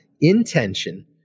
intention